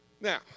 Now